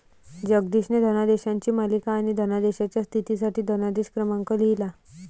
जगदीशने धनादेशांची मालिका आणि धनादेशाच्या स्थितीसाठी धनादेश क्रमांक लिहिला